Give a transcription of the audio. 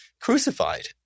crucified